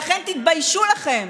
לכן, תתביישו לכם.